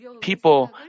people